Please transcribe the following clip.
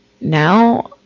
now